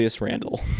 Randle